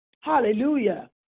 Hallelujah